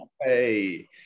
Hey